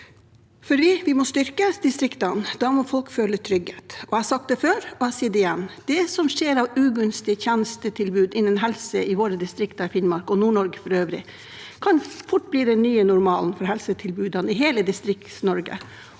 Vi må styrke distriktene, og da må folk føle trygghet. Jeg har sagt det før, og jeg sier det igjen: Det som skjer av ugunstig tjenestetilbud innen helse i våre distrikter i Finnmark og i Nord-Norge for øvrig, kan fort bli den nye normalen for helsetilbudene i hele DistriktsNorge.